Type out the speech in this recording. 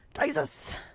Jesus